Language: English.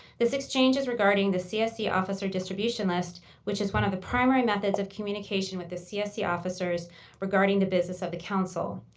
this exchange is regarding the csc officer distribution list, which is one of the primary methods of communication with the csc officers regarding the business of the council.